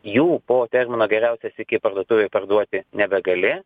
jų po termino geriausias iki parduotuvėj parduoti nebegali